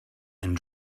and